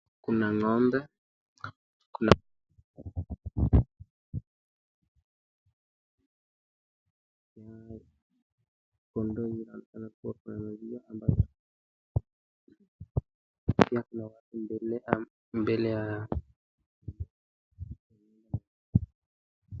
Kuna ng'ombe. Kona huyu anaweza kuona njia ambayo Pia kuna... watu mbele ya